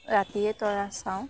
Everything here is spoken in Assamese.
ৰাতিয়ে তৰা চাওঁ